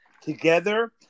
together